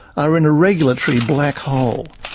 are in a regulatory black hole.